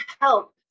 help